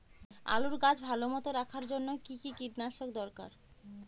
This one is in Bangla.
আলুর গাছ ভালো মতো রাখার জন্য কী কী কীটনাশক দরকার?